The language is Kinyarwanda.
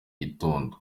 gitondo